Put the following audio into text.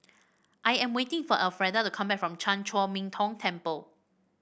I am waiting for Alfreda to come back from Chan Chor Min Tong Temple